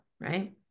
right